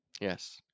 Yes